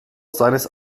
seines